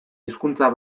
hizkuntza